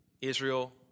Israel